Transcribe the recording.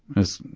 as